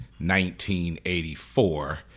1984